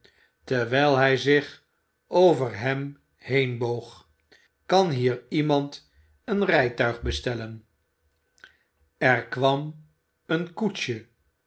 terwijl hij zich over hem heen boog kan hier iemand een rijtuig bestellen er kwam een koetsje